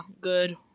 good